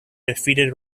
defeated